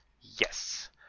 yes